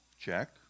Check